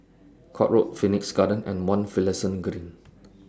Court Road Phoenix Garden and one Finlayson Green